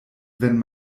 wenn